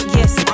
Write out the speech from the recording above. yes